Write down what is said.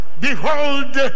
behold